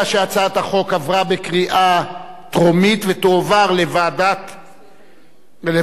התשע"ב 2012, לדיון מוקדם בוועדה